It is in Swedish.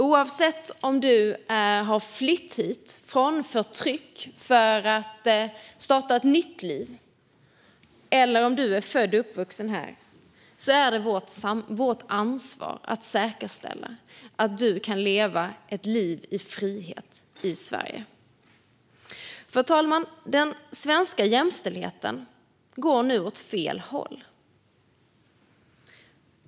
Oavsett om du har flytt hit från förtryck för att starta ett nytt liv eller om du är född och uppvuxen här är det vårt ansvar att säkerställa att du kan leva ett liv i frihet i Sverige. Fru talman! Den svenska jämställdheten går nu åt fel håll.